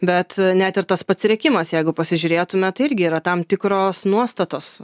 bet net ir tas pats rėkimas jeigu pasižiūrėtume tai irgi yra tam tikros nuostatos